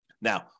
Now